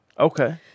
Okay